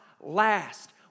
last